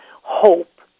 hope